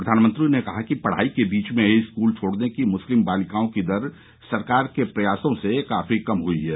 प्रधानमंत्री ने कहा कि पढ़ाई के बीच में ही स्कूल छोडने की मुस्लिम बालिकाओं की दर सरकार के प्रयासों से काफी कम हुई है